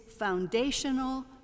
foundational